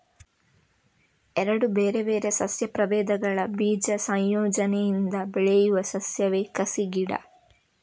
ಎರಡು ಬೇರೆ ಬೇರೆ ಸಸ್ಯ ಪ್ರಭೇದಗಳ ಬೀಜ ಸಂಯೋಜನೆಯಿಂದ ಬೆಳೆಯುವ ಸಸ್ಯವೇ ಕಸಿ ಗಿಡ